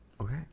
Okay